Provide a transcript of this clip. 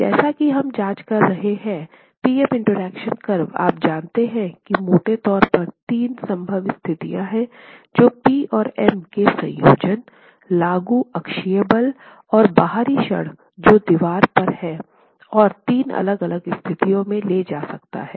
जैसा कि हम जांच कर रहे हैं पी एम इंटरेक्शन कर्व आप जानते हैं कि मोटे तौर पर तीन संभव स्थितियाँ हैं जो P और M के संयोजन लागू अक्षीय बल और बाहरी क्षण जो दीवार पर हैं और तीन अलग अलग स्थितियों में ले जा सकता है